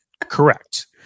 Correct